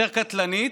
יותר קטלנית,